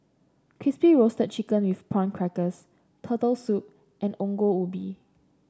Crispy Roasted Chicken with Prawn Crackers Turtle Soup and Ongol Ubi